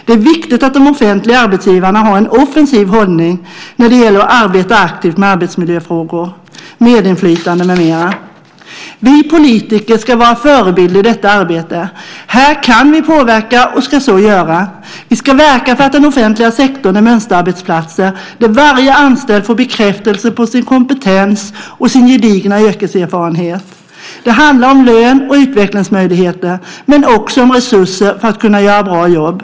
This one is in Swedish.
Det är viktigt att de offentliga arbetsgivarna har en offensiv hållning när det gäller att arbeta aktivt med arbetsmiljöfrågor, medinflytande med mera. Vi politiker ska vara förebilder i detta arbete. Här kan vi påverka och ska så göra. Vi ska verka för att den offentliga sektorn är mönsterarbetsplatser där varje anställd får bekräftelse på sin kompetens och sin gedigna yrkeserfarenhet. Det handlar om lön och utvecklingsmöjligheter men också om resurser för att kunna göra bra jobb.